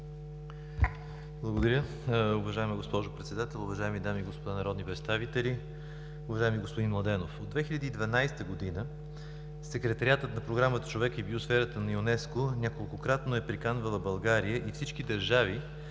Благодаря. Уважаема госпожо Председател, уважаеми дами и господа народни представители, уважаеми господин Младенов! От 2012 г. Секретариатът на Програмата „Човекът и биосферата“ на ЮНЕСКО неколкократно е приканвал България и всички държави